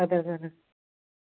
اَد حظ اَد حظ